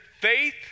faith